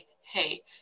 Hey